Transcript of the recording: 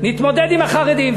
נתמודד עם החרדים,